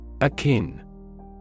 Akin